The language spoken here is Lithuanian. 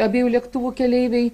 abiejų lėktuvų keleiviai